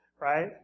Right